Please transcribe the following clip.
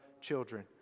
children